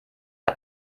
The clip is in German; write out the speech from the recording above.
der